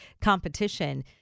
competition